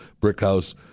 Brickhouse